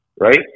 right